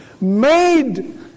made